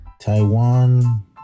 taiwan